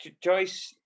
Joyce